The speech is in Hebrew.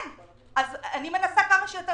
אני מנסה כמה שיותר